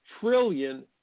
trillion